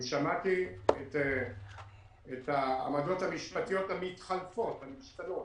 אני שמעתי את העמדות המשפטיות המתחלפות, המשתנות.